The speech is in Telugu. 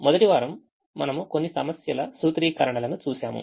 మొదటి వారం మనము కొన్ని సమస్యల సూత్రీకరణలను చూశాము